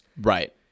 right